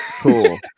Cool